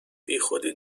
بیخودی